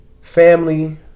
Family